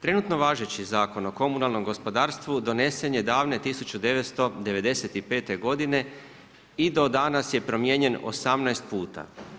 Trenutno važeći Zakon o komunalnom gospodarstvu donesen je davne 1995. godine i do danas je promijenjen 18 puta.